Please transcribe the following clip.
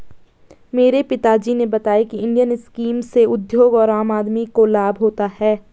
मेरे पिता जी ने बताया की इंडियन स्कीम से उद्योग और आम आदमी को लाभ होता है